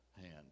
hand